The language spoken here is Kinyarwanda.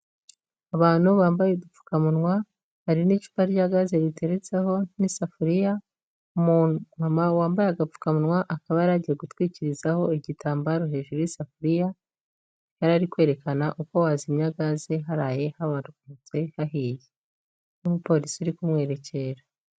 Abantu bambaye udupfukamunwa, hari n'icupa rya gaze riteretseho n'isafuriya, umumama wambaye agapfukamunwa, akaba yari agiye gutwikirizaho igitambaro hejuru y'isafuriya, yari ari kwerekana uko wazimya gaze haraye haramutse hahiye, hari umupolisi ari kumwerekera.